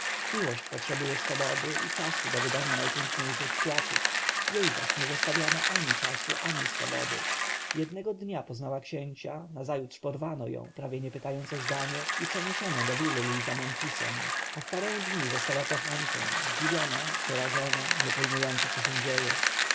miłość potrzebuje swobody i czasu do wydania najpiękniejszych kwiatów jej zaś nie zostawiano ani czasu ani swobody jednego dnia poznała księcia nazajutrz porwano ją prawie nie pytając o zdanie i przeniesiono do willi za memfisem a w parę dni została kochanką zdziwiona przerażona nie pojmująca co się z nią dzieje